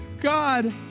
God